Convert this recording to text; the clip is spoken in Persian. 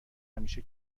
همیشه